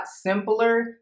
simpler